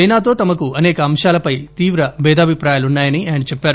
చైనాతో తమకు అనేక అంశాలపై తీవ్ర భేదాభిప్రాయాలున్నా యని ఆయన చెప్పారు